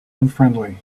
unfriendly